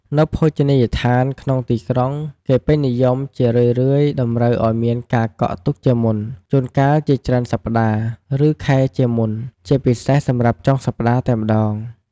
នៅភោជនីយដ្ឋានក្នុងទីក្រុងគេពេញនិយមជារឿយៗតម្រូវឱ្យមានការកក់ទុកជាមុន ជួនកាលជាច្រើនសប្តាហ៍ ឬខែជាមុន ជាពិសេសសម្រាប់ចុងសប្តាហ៍តែម្តង។